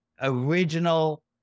original